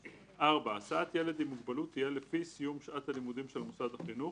(4) הסעת ילד עם מוגבלות תהיה לפי סיום שעת הלימודים של מוסד החינוך,